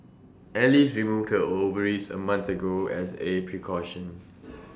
alice removed her ovaries A month ago as A precaution